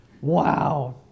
wow